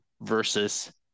versus